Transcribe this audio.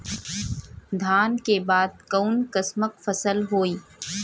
धान के बाद कऊन कसमक फसल होई?